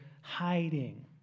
hiding